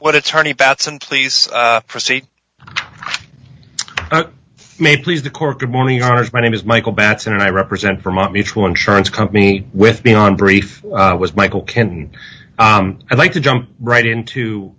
what attorney fats and please proceed may please the court good morning arch my name is michael batts and i represent vermont mutual insurance company with me on brief was michael cannon i'd like to jump right into